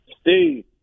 Steve